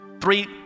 Three